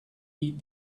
eat